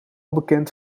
bekend